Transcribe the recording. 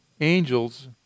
angels